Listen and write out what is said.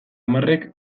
hamarrek